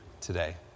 today